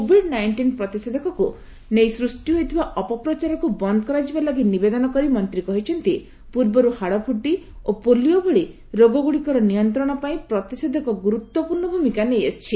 Covid nineteen ପ୍ରତିଷେଧକଙ୍କୁ ନେଇ ସୃଷ୍ଟି ହୋଇଥିବା ଅପପ୍ରଚାରକୁ ବନ୍ଦ କରାଯିବା ଲାଗି ନିବେଦନ କରି ମନ୍ତ୍ରୀ କହିଛନ୍ତି ପୂର୍ବରୁ ହାଡପୁଟି ଓ ପୋଲିଓ ଭଳି ରୋଗଗୁଡ଼ିକର ନିୟନ୍ତ୍ରଣ ପାଇଁ ପ୍ରତିଷେଧକ ଗୁରୁତ୍ୱପୂର୍ଣ୍ଣ ଭୂମିକା ନେଇଆସିଛି